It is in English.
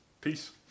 peace